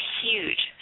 huge